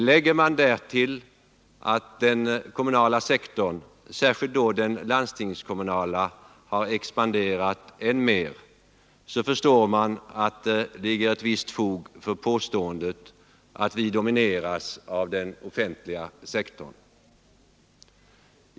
Lägger man därtill att den kommunala sektorn, särskilt då den landstingskommunala, har expanderat än mer, så förstår man att det finns ett visst fog för påståendet att vi domineras av den offentliga sektorn.